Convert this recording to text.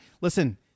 Listen